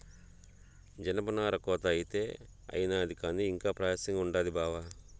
జనపనార కోత అయితే అయినాది కానీ ఇంకా ప్రాసెసింగ్ ఉండాది బావా